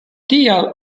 tial